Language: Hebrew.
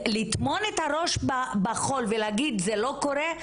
לטמון את הראש בחול ולהגיד זה לא קורה,